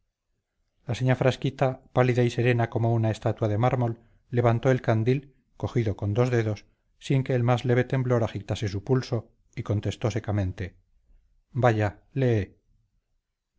la señá frasquita pálida y serena como una estatua de mármol levantó el candil cogido con dos dedos sin que el más leve temblor agitase su pulso y contestó secamente vaya lee